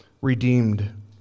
redeemed